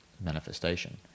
manifestation